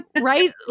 Right